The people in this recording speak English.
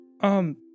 um-